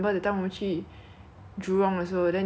Jollibee 的 chicken 跟那个 spaghetti